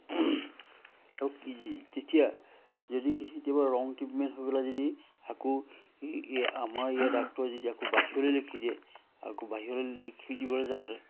তেতিয়া যদি কেতিয়াবা ৰং ট্ৰিটমেণ্ট হৈ পেলাই যদি আকৌ আমাৰ ইয়াৰ ডাক্টৰ যদি আকৌ বাহিৰলে লিখি দিয়ে আকৌ বাহিৰলে লিখি দিবলৈ যাওঁতে